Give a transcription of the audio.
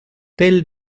tels